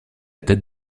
tête